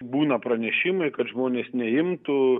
būna pranešimai kad žmonės neimtų